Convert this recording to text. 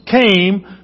came